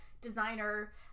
designer